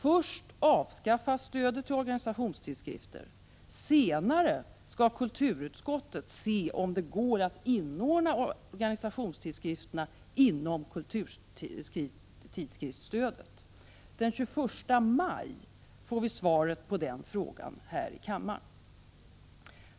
Först avskaffas stödet till organisationstidskrifter. Senare skall kulturutskottet se om det går att inordna organisationstidskrifterna inom kulturtidskriftsstödet. Den 21 maj får vi svaret på den frågan här i kammaren.